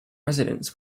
residents